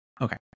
Okay